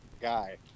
guy